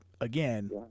again